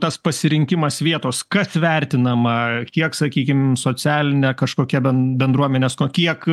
tas pasirinkimas vietos kas vertinama kiek sakykim socialine kažkokia ben bendruomenės ko kiek